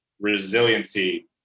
resiliency